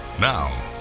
Now